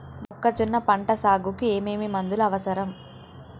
మొక్కజొన్న పంట సాగుకు ఏమేమి మందులు అవసరం?